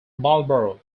marlborough